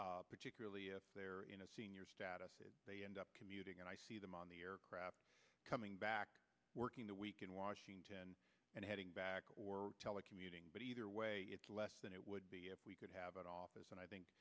back particularly if they're in a senior status if they end up commuting and i see them on the aircraft coming back working the week in washington and heading back or telecommuting but either way it's less than it would be if we could have that office and i think